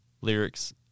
lyrics